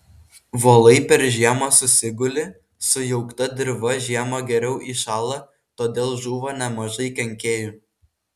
volai per žiemą susiguli sujaukta dirva žiemą geriau įšąla todėl žūva nemažai kenkėjų